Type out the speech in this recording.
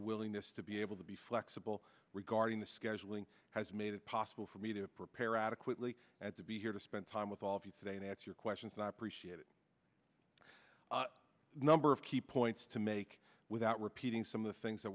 willingness to be able to be flexible regarding the scheduling has made it possible for me to prepare adequately at to be here to spend time with all of you today at your questions and i appreciate it number of key points to make without repeating some of the things that